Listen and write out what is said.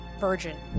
virgin